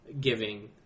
giving